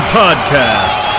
podcast